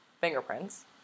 fingerprints